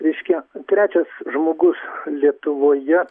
reiškia trečias žmogus lietuvoje